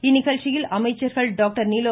இந்நிகழ்ச்சியில் அமைச்சர்கள் டாக்டர் நிலோ